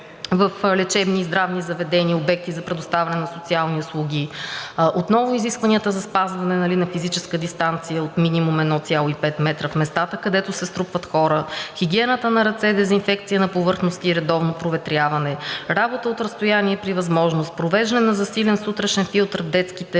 в лечебни и здравни заведения, обекти за предоставяне на социални услуги, отново изискванията за спазване на физическа дистанция от минимум 1,5 метра в местата, където се струпват хора, хигиената на ръцете, дезинфекция на повърхности и редовно проветряване, работа от разстояние при възможност, провеждане на засилен сутрешен филтър в детските